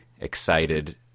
excited